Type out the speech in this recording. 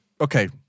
Okay